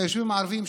ביישובים הערביים,